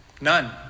None